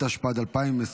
התשפ"ד 2024,